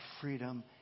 freedom